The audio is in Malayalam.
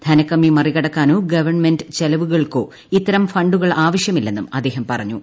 ധനകമ്മി മറികടക്കാനോ ഗവണ്മെന്റ് ചെലവുകൾക്കോ ്ഇത്ത്രം ഫണ്ടുകൾ ആവശ്യമില്ലെന്നും അദ്ദേഹം പറഞ്ഞു